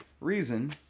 reason